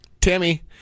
Tammy